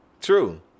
true